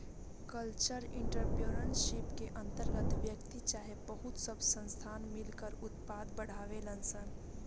cultural entrepreneurship के अंतर्गत व्यक्ति चाहे बहुत सब संस्थान मिलकर उत्पाद बढ़ावेलन सन